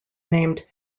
named